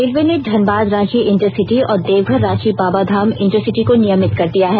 railway ने Dhanbad Ranchi intercity और Deoghar Ranchi Babadham intercity को नियमित कर दिया है